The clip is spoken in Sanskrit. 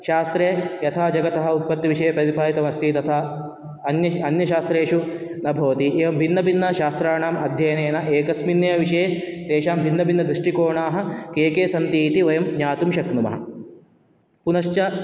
शास्त्रे यथा जगतः उत्पत्तिविषये प्रतिपादितम् अस्ति तथा अन्य अन्यशास्त्रेषु न भवति एवं भिन्नभिन्नशास्त्राणां अध्ययनेन एकस्मिन् एव विषये तेषां भिन्नभिन्नदृष्टिकोणाः के के सन्ति इति वयं ज्ञातुं शक्नुमः पुनश्च